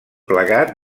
plegat